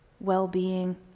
well-being